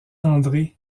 andré